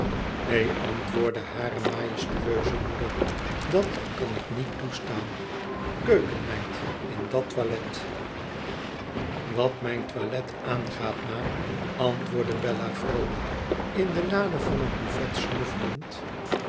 neen antwoordde hare majestueuze moeder dat kan ik niet toestaan keukenmeid in dat toilet i wat mijn toilet aangaat ma antwoordde bella vroolijk in de lade van een buffet snuffelend